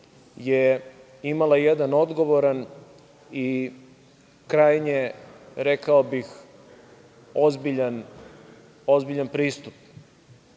je imala jedan odgovoran i krajnje, rekao bih, ozbiljan